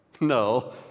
No